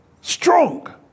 strong